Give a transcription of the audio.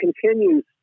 continues